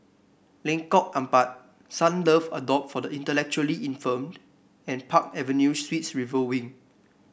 Lengkok Empat Sunlove Abode for the Intellectually Infirmed and Park Avenue Suites River Wing